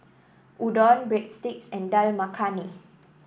Udon Breadsticks and Dal Makhani